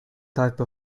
type